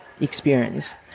experience